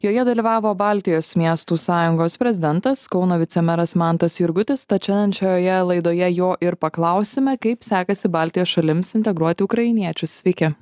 joje dalyvavo baltijos miestų sąjungos prezidentas kauno vicemeras mantas jurgutis tad šiandien šioje laidoje jo ir paklausime kaip sekasi baltijos šalims integruoti ukrainiečius sveiki